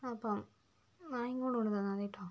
അപ്പം ആ ഇങ്ങോട്ട് കൊണ്ട് തന്നാൽ മതി കെട്ടോ